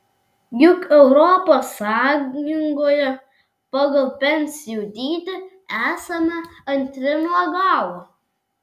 juk europos sąjungoje pagal pensijų dydį esame antri nuo galo